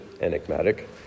enigmatic